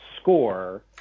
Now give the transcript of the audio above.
score